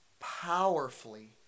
Powerfully